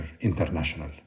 international